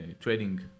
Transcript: trading